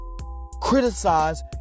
criticize